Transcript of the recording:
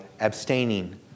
abstaining